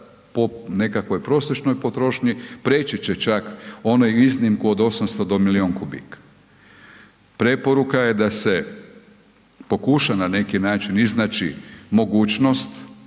po nekakvoj prosječnoj potrošnji, prijeći će čak onu iznimku od 800 do milijun kubika. Preporuka je da se pokuša na neki način iznaći mogućnost